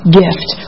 gift